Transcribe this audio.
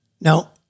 Now